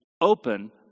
open